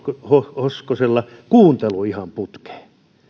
hoskosella kuuntelu ihan putkeen